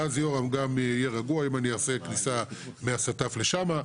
ואז יורם גם יהיה רגוע אם אני אעשה כניסה מהסטף לשם.